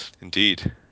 indeed